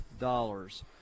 dollars